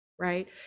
Right